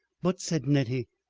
but, said nettie,